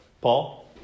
Paul